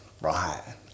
right